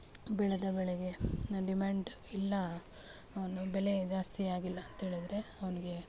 ಬೆಳೆದ ಬೆಳೆಗೆ ಡಿಮ್ಯಾಂಡ್ ಇಲ್ಲ ಅವನು ಬೆಲೆ ಜಾಸ್ತಿಯಾಗಿಲ್ಲ ಅಂತ ಹೇಳಿದರೆ ಅವನಿಗೆ